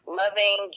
loving